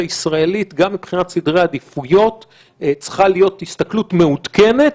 הישראלית גם מבחינת סדרי העדיפויות צריכה להיות הסתכלות מעודכנת,